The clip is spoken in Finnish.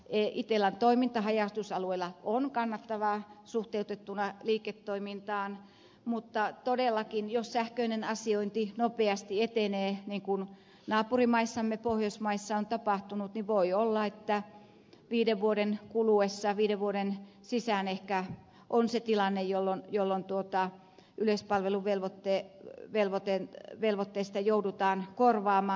itellan toiminta haja asutusalueilla on kannattavaa suhteutettuna liiketoimintaan mutta todellakin jos sähköinen asiointi nopeasti etenee niin kuin naapurimaissamme pohjoismaissa on tapahtunut voi olla että viiden vuoden kuluessa viiden vuoden sisään ehkä on se tilanne jolloin jolla on tuota yleispalveluvelvoitteen velvotteen yleispalveluvelvoitteesta joudutaan korvaamaan